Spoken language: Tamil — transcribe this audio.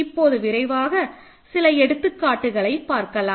இப்போது விரைவாக சில எடுத்துக்காட்டுகளை பார்க்கலாம்